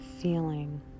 feeling